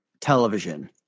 television